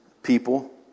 people